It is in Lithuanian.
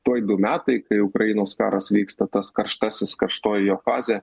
tuoj du metai kai ukrainos karas vyksta tas karštasis karštoji jo fazė